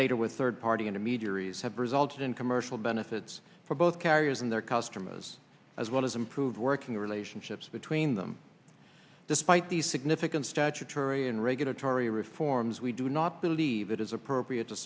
later with third party intermediaries have resulted in commercial benefits for both carriers and their customers as well as improved working relationships between them despite these significant statutory and regulatory reforms we do not believe it is appropriate to